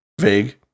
vague